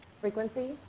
frequency